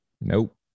Nope